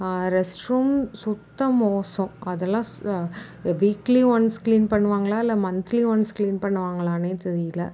restroom சுத்த மோசம் அதெலாம் வீக்லி ஒன்ஸ் கிளீன் பண்ணுவாங்களா இல்ல மன்த்லி ஒன்ஸ் கிளீன் பண்ணுவாங்களானே தெரியல